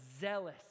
zealous